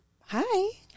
Hi